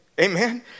amen